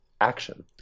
action